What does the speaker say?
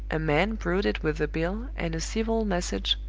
a man brought it with the bill, and a civil message,